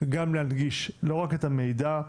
גם להדגיש לא רק את המידע,